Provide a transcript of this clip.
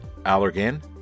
Allergan